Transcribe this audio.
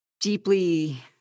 deeply